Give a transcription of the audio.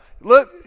Look